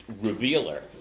revealer